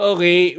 Okay